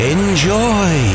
Enjoy